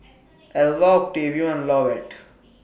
Elva Octavio and Lovett